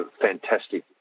fantastic